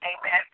Amen